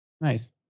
nice